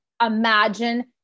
imagine